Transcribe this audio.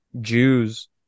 Jews